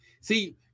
See